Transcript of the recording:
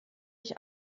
ich